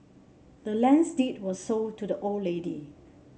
the land's deed was sold to the old lady